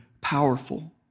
powerful